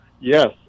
Yes